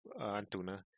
Antuna